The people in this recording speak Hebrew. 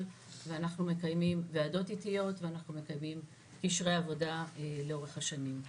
ואנחנו מקיימים ועדות עתיות ואנחנו מקיימים קשרי עבודה לאורך השנים.